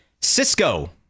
Cisco